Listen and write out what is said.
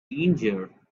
danger